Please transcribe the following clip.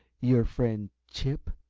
your friend, chip?